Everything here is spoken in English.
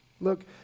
Look